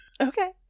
Okay